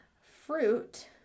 Fruit